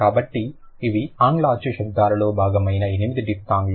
కాబట్టి ఇవి ఆంగ్ల అచ్చు శబ్దాలలో భాగమైన 8 డిఫ్థాంగ్లు